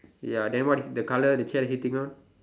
ya then what is the colour the chair he sitting on